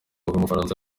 w’umufaransa